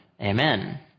Amen